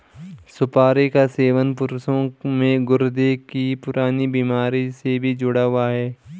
सुपारी का सेवन पुरुषों में गुर्दे की पुरानी बीमारी से भी जुड़ा हुआ है